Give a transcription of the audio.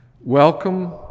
Welcome